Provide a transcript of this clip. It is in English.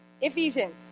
Ephesians